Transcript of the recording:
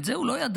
את זה הוא לא ידע,